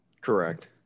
Correct